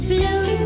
Blue